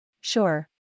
Sure